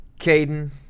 Caden